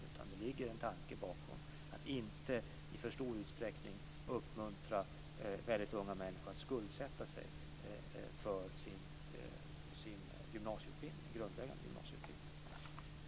Det ligger en tanke bakom detta; att inte i alltför stor utsträckning uppmuntra väldigt unga människor att skuldsätta sig för sin grundläggande gymnasieutbildning.